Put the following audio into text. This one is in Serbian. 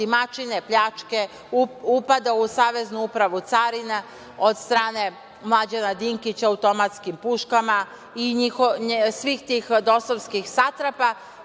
otimačine, pljačke, upada u Saveznu upravu carina od strane Mlađana Dinkića automatskim puškama i svih tih dosovskih satrapa